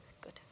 Good